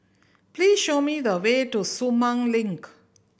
please show me the way to Sumang Link